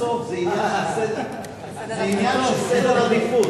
בסוף זה עניין של סדר עדיפות,